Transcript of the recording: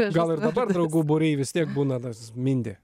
gal ir dabar draugų būry vis tiek būna tas mindė